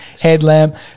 headlamp